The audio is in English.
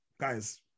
Guys